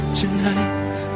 tonight